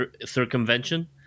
circumvention